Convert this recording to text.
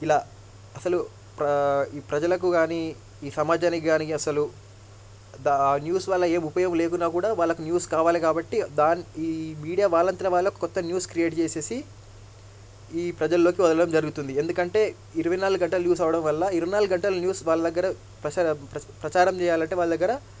ఇలా అసలు ఈ ప్రజలకు గానీ ఈ సమాజానికి గానీ అసలు దా ఆ న్యూస్ వల్ల ఏం ఉపయోగం లేకున్నా కూడా వాళ్ళకు న్యూస్ కావాలి కాబట్టి దానికి మీడియా వాళ్ళంతట వాళ్ళే కొత్త న్యూస్ క్రియేట్ చేసేసి ఈ ప్రజల్లోకి వదలడం జరుగుతుంది ఎందుకంటే ఇరవై నాలుగు గంటలు న్యూస్ అవడం వల్ల ఇరవై నాలుగు గంటలు న్యూస్ వాళ్ళ దగ్గర ప్రసార ప్రచారం చేయాలంటే వాళ్ళ దగ్గర